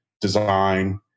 design